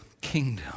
kingdom